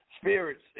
Spirits